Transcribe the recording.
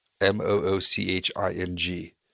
M-O-O-C-H-I-N-G